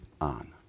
on